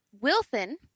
Wilson